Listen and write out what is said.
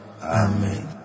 Amen